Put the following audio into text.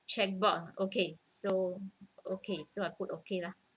chat box okay so okay so I put okay lah